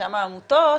מרשם העמותות,